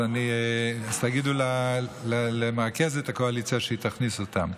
אז תגידו למרכזת הקואליציה שתכניס אותם,